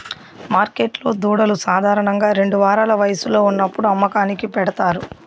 మార్కెట్లో దూడలు సాధారణంగా రెండు వారాల వయస్సులో ఉన్నప్పుడు అమ్మకానికి పెడతారు